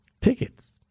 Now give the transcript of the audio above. tickets